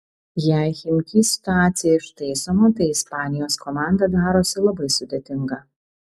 jei chimki situacija ištaisoma tai ispanijos komanda darosi labai sudėtinga